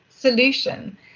solution